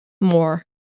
more